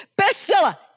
Bestseller